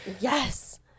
Yes